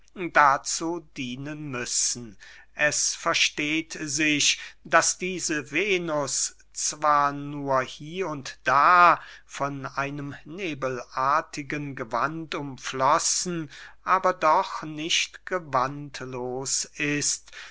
dazu dienen müssen es versteht sich daß diese venus zwar nur hier und da von einem nebelartigen gewand umflossen aber doch nicht gewandlos ist